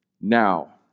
now